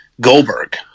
Goldberg